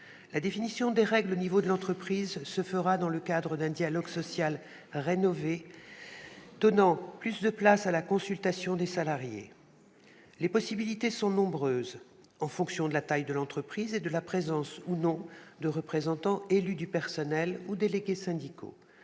La définition des règles à l'échelon de l'entreprise se fera dans le cadre d'un dialogue social rénové, donnant plus de place à la consultation des salariés. Les possibilités sont nombreuses, en fonction de la taille de l'entreprise et de la présence ou non de représentants élus du personnel ou de délégués syndicaux.